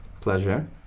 pleasure